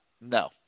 No